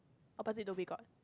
opposite Dhoby-Ghaut